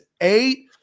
eight